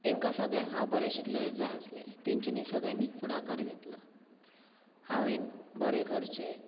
तांकां सगल्यांक हांव बरें शिकलेलें जाय आसलें तांच्यानी सगल्यांनी फुडाकार घेतलो हांवें बरें करचें